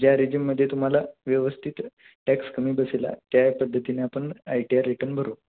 ज्या रेजिममध्ये तुम्हाला व्यवस्थित टॅक्स कमी बसेला त्या पद्धतीने आपण आय टी आर रिटर्न भरू